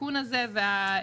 התיקון הזה והימים,